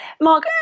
Mark